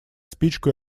спичку